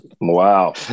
Wow